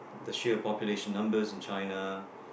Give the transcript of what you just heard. the share population numbers in China